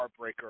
heartbreaker